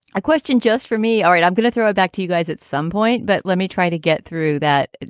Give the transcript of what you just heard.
question just for me. all right, i'm going to throw it back to you guys at some point. but let me try to get through that.